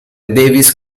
davis